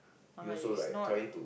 uh is not